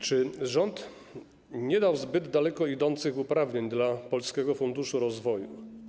Czy rząd nie dał zbyt daleko idących uprawnień Polskiemu Funduszowi Rozwoju?